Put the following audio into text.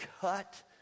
cut